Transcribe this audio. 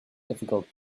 difficult